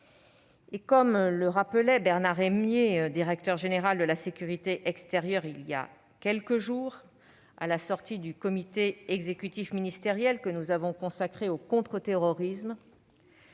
Comme le rappelait Bernard Emié, directeur général de la sécurité extérieure, il y a quelques jours, à la sortie du comité exécutif ministériel que nous avons consacré au contre-terrorisme,